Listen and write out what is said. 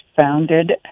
founded